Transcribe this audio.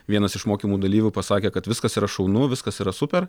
vienas iš mokymų dalyvių pasakė kad viskas yra šaunu viskas yra super